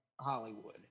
Hollywood